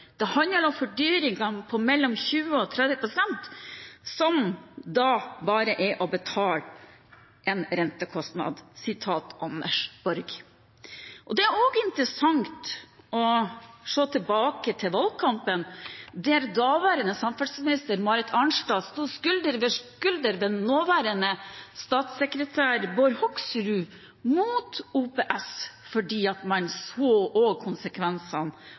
Det handler om fordyringer på mellom 20 og 30 pst., som da bare er å betale en rentekostnad. Det er også interessant å se tilbake til valgkampen, da daværende samferdselsminister Marit Arnstad sto skulder ved skulder med nåværende statssekretær Bård Hoksrud mot OPS, fordi man også så konsekvensene av det fra Fremskrittspartiets side. Så noen har tydeligvis tapt, og